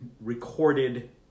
recorded